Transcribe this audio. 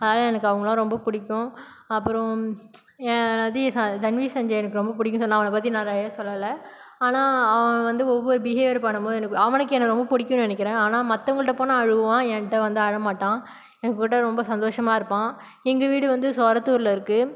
அதனால் எனக்கு அவங்களை ரொம்ப பிடிக்கும் அப்புறம் எ என்னாது தரணிசஞ்செய் எனக்கு ரொம்ப பிடிக்கும்னு சொல்லாம் அவனை பற்றி நிறைய சொல்லலை ஆனால் அவன் வந்து ஒவ்வொரு பிகைவியர் பண்ணும்போதும் எனக்கு அவனுக்கு என்ன ரொம்ப பிடிக்கும்னு நினைக்கிறேன் ஆனால் மத்தவங்கள்கிட்ட போனால் அழுவான் என்கிட்ட வந்தால் அழமாட்டான் என் கூட ரொம்ப சந்தோஷமா இருப்பான் எங்கள் வீடு வந்து சொரத்தூரில் இருக்குது